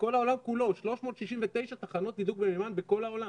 בכל העולם כולו 369 תחנות תדלוק במימן בכל העולם.